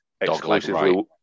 exclusively